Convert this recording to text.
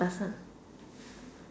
person